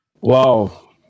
Wow